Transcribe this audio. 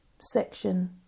section